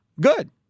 Good